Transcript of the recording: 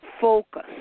focus